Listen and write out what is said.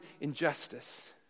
injustice